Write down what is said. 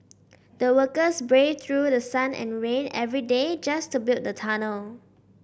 the workers braved through the sun and rain every day just to build the tunnel